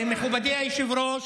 מכובדי היושב-ראש,